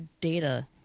data